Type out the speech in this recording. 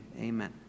amen